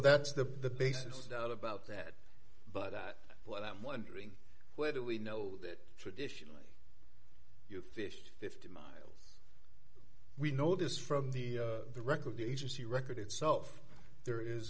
that's the basis to doubt about that but that what i'm wondering where do we know that traditionally you fish fifty miles we know this from the record the agency record itself there is